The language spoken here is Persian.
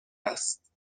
است